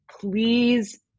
please